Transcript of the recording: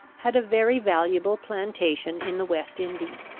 had a very valuable plantation in the west indies.